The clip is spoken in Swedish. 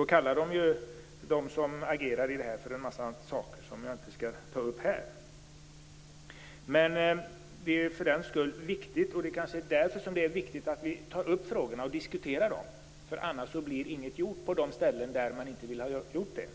De kallar dem som agerar för en massa saker som jag inte skall ta upp här. Det kanske är därför som det är viktigt att vi diskuterar frågorna. Annars blir inget gjort på de ställen där kvinnoprästmotståndarna inte vill att något skall göras.